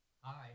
Hi